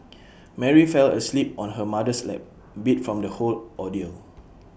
Mary fell asleep on her mother's lap beat from the whole ordeal